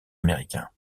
américain